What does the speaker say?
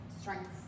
strengths